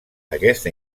aquesta